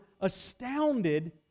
astounded